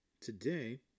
Today